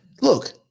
Look